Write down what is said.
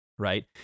right